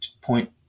point